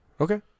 Okay